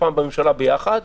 פעם בממשלה ביחד,